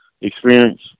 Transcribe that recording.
experience